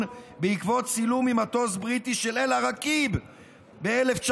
בעקבות צילום ממטוס בריטי של אל-עראקיב ב-1945,